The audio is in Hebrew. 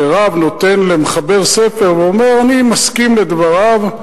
שרב נותן למחבר ספר ואומר, אני מסכים לדבריו,